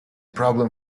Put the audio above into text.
problem